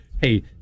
hey